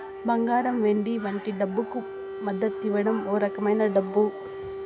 బంగారం వెండి వంటి డబ్బుకు మద్దతివ్వం ఓ రకమైన డబ్బు